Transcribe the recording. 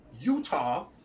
Utah